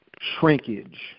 shrinkage